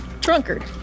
Drunkard